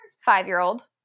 five-year-old